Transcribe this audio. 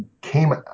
came